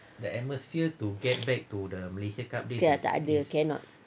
dah tak ada cannot